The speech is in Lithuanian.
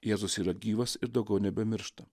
jėzus yra gyvas ir daugiau nebemiršta